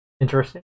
Interesting